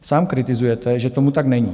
Sám kritizujete, že tomu tak není.